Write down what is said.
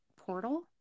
portal